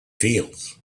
fields